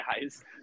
guys